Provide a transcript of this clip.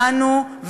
לנו,